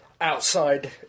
outside